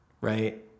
right